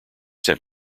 sent